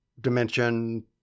dimension